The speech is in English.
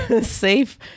safe